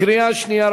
בקריאה שנייה.